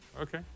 okay